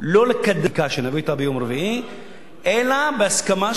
שלא לקדם את החקיקה שאבוא אתה ביום רביעי אלא בהסכמה של האוצר.